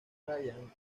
ryan